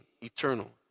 eternal